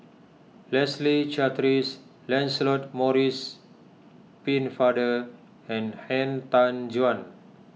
Leslie Charteris Lancelot Maurice Pennefather and Han Tan Juan